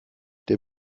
der